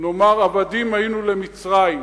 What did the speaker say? נאמר "עבדים היינו למצרים".